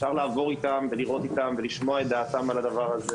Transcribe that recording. אפשר לעבור איתם ולשמוע את דעתם על הדבר הזה.